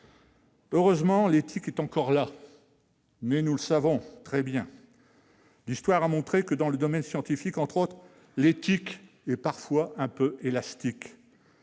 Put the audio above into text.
Heureusement, l'éthique existe encore. Mais, nous le savons très bien, l'histoire a montré que, dans le domaine scientifique, en particulier, l'éthique est parfois un peu élastique